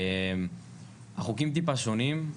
החוקים טיפה שונים,